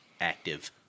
active